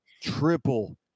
triple